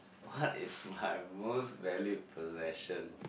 what is my most valued possession